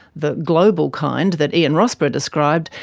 the global kind that ian rossborough described,